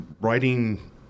writing